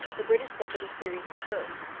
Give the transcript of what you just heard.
the british suffered a serious reverse,